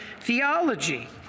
theology